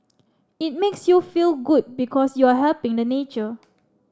it makes you feel good because you're helping the nature